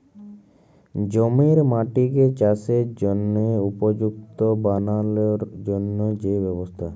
জমির মাটিকে চাসের জনহে উপযুক্ত বানালর জন্হে যে ব্যবস্থা